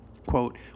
Quote